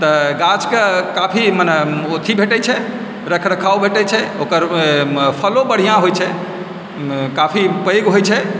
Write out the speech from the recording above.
तऽ गाछके काफी मने अथी भेटय छै रखरखाव भेटय छै ओकर फलो बढ़िआँ होइत छै काफी पैघ होइत छै